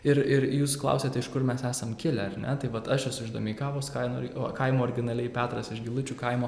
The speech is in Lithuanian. ir ir jūs klausėte iš kur mes esam kilę ar ne tai vat aš esu iš domeikavos kaino o kaimo originaliai petras iš gilučių kaimo